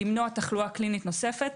למנוע תחלואה קלינית נוספת.